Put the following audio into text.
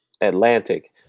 Atlantic